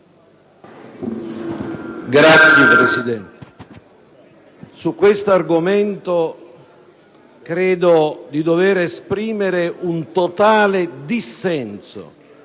Signor Presidente, su questo argomento credo di dover esprimere un totale dissenso